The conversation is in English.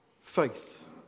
faith